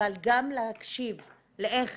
אבל גם להקשיב איך